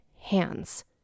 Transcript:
hands